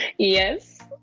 yes,